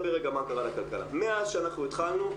מאז שאנחנו התחלנו,